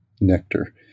nectar